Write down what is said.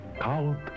Count